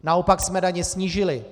Naopak jsme daně snížili.